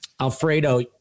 Alfredo